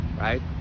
right